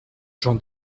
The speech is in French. j’en